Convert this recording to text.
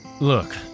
Look